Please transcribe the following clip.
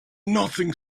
nothing